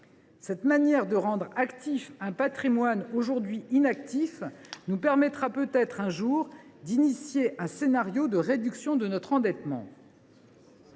Cette manière de rendre actif un patrimoine aujourd’hui inactif nous permettra peut être, un jour, d’engager un scénario de réduction de notre endettement.